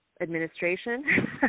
administration